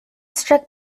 struck